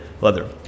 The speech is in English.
leather